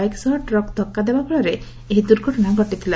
bike ସହ truck ଧକ୍କ ହେବା ଫରେ ଏହି ଦୁର୍ଘଟଣା ଘଟିଥିଲା